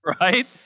right